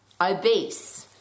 Obese